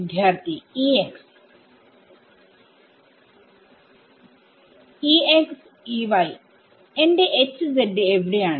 വിദ്യാർത്ഥി Ex Ex Ey എന്റെ Hz എവിടെയാണ്